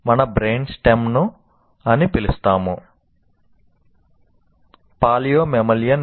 మనకు రెప్టిలియన్